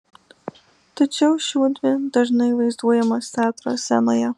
tačiau šiuodvi dažnai vaizduojamos teatro scenoje